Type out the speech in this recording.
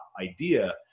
idea